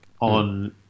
on